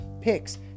picks